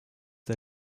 der